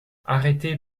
arrêtez